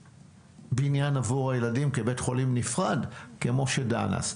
בניין עבור הילדים כבית חולים נפרד כמו שדנה.